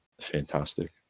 fantastic